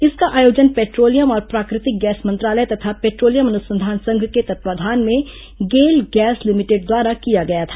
इसका आयोजन पेट्रोलियम और प्राकृतिक गैस मंत्रालय तथा पेट्रोलियम अनुसंधान संघ के तत्वावधान में गेल गैस लिमिटेड द्वारा किया गया था